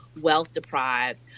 wealth-deprived